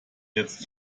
jetzt